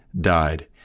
died